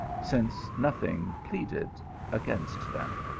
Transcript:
since nothing pleaded against them.